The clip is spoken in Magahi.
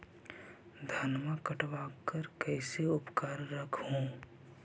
धनमा कटबाकार कैसे उकरा रख हू?